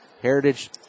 Heritage